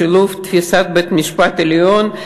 בשילוב פסיקת בית-המשפט העליון.